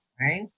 right